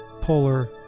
polar